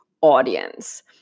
audience